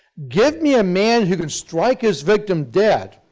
give me a man who can strike his victim dead,